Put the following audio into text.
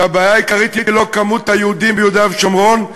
הבעיה העיקרית היא לא מספר היהודים ביהודה ושומרון,